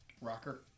Rocker